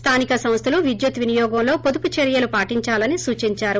స్తానిక సంస్థలు విద్యుత్ వినియోగంలో పొదుపు చర్యలు పాటించాలని సూచించారు